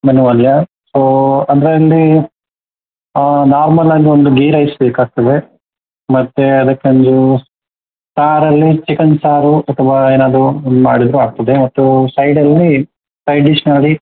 ಮೆನುವಲ್ಲಿಯ so ಅಂದರೆ ಇಲ್ಲಿ normal ಆಗಿ ಒಂದು ಘೀ ರೈಸ್ ಬೇಕಾಗ್ತದೆ ಮತ್ತೆ ಅದಕ್ಕೊಂದು ಸಾರಲ್ಲಿ ಚಿಕನ್ ಸಾರು ಅಥವಾ ಏನಾದರು ಮಾಡಿದರು ಆಗ್ತದೆ ಮತ್ತು ಸೈಡಲ್ಲಿ ಸೈಡ್ ಡಿಶ್ನಲ್ಲಿ